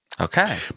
Okay